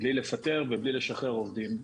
בלי לפטר ובלי לשחרר עובדים.